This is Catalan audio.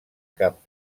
cap